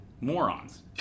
Morons